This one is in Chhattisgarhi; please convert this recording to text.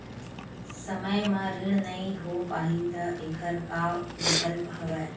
समय म ऋण नइ हो पाहि त एखर का विकल्प हवय?